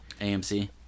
AMC